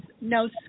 no